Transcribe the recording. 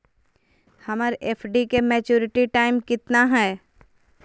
हमर एफ.डी के maturity time कितना है?